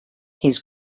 his